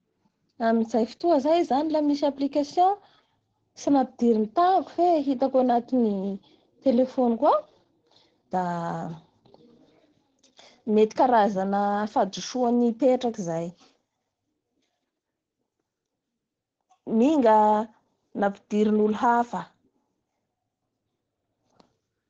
amin'izay totoa zay zany la misy application tsy nampidiriny tangnako fe hitako anaty telephoniko ao da mety karazana fahadisoa nipetraky zay minga nampidirin'olo hafa.